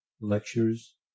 Lectures